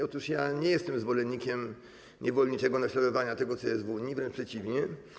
Otóż ja nie jestem zwolennikiem niewolniczego naśladowania tego, co jest w Unii - wręcz przeciwnie.